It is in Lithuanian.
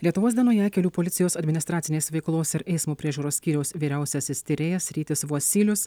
lietuvos dienoje kelių policijos administracinės veiklos ir eismo priežiūros skyriaus vyriausiasis tyrėjas rytis vosylius